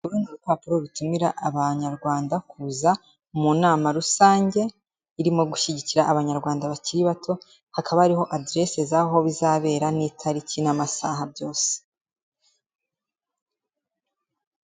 Uri ni urupapuro rutumira abanyarwanda kuza mu nama rusange, irimo gushyigikira abanyarwanda bakiri bato hakaba hariho aderese zaho bizabera n'itariki n'amasaha byose.